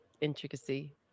intricacy